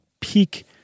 peak